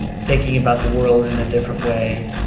thinking about the world in a different way,